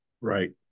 right